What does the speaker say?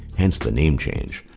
hence the name change.